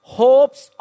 hopes